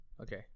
Okay